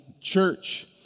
church